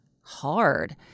hard